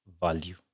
value